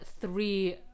three